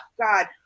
God